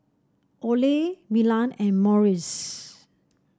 Olay Milan and Morries